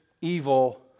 evil